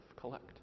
collect